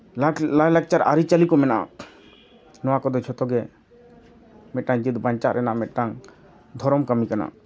ᱞᱟᱭᱼᱞᱟᱠᱪᱟᱨ ᱟᱹᱨᱤᱪᱟᱹᱞᱤ ᱠᱚ ᱢᱮᱱᱟᱜᱼᱟ ᱱᱚᱣᱟ ᱠᱚᱫᱚ ᱡᱷᱚᱛᱚᱜᱮ ᱢᱤᱫᱴᱟᱱ ᱡᱟᱹᱛ ᱵᱟᱧᱪᱟᱜ ᱨᱮᱱᱟᱜ ᱢᱤᱫᱴᱟᱱ ᱫᱷᱚᱨᱚᱢ ᱠᱟᱹᱢᱤ ᱠᱟᱱᱟ